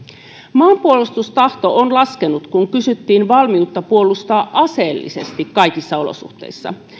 maanpuolustustahto on laskenut kun kysyttiin valmiutta puolustaa aseellisesti kaikissa olosuhteissa